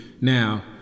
now